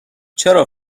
چرا